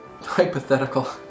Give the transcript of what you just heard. Hypothetical